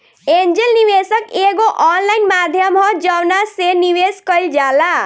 angel निवेशक एगो online माध्यम ह जवना से निवेश कईल जाला